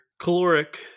Caloric